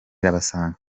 irabasanga